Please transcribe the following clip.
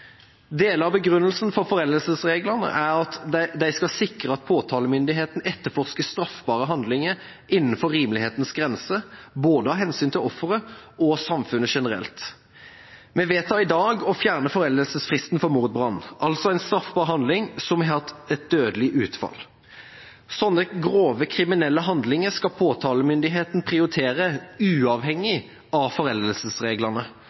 Deler av begrunnelsen for foreldelsesreglene er at de skal sikre at påtalemyndigheten etterforsker straffbare handlinger innenfor rimelighetens grenser, både av hensyn til offeret og samfunnet generelt. Vi vedtar i dag å fjerne foreldelsesfristen for mordbrann, altså en straffbar handling som har hatt dødelig utfall. Slike grove kriminelle handlinger skal påtalemyndigheten prioritere uavhengig av foreldelsesreglene.